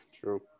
True